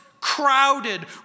crowded